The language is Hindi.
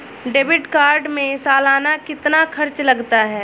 डेबिट कार्ड में सालाना कितना खर्च लगता है?